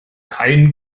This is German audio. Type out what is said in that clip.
kein